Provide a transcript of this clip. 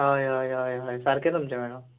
हय हय हय हय सारकें तुमचें मॅडम